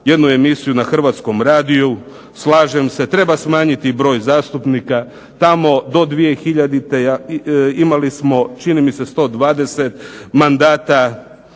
jednu emisiju na Hrvatskom radiju, slažem se treba smanjiti broj zastupnika. Tamo do 2000. imali smo čini mi se 120 mandata.